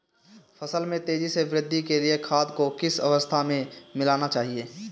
फसल में तेज़ी से वृद्धि के लिए खाद को किस अवस्था में मिलाना चाहिए?